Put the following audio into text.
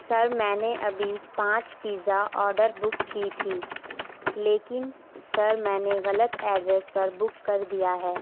سر میں نے ابھی پانچ پتزا آڈر بک کی تھی لیکن سر میں نے غلط ایڈریس پر بک کر دیا ہے